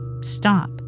stop